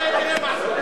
רק בא, תראה מה עשית.